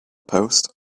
post